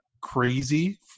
crazy